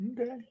Okay